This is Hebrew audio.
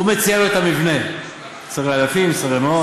הוא מציע לו אותו המבנה, שרי אלפים, שרי מאות.